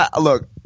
look